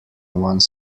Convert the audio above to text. one